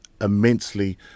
immensely